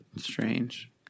Strange